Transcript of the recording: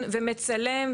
אמוציות.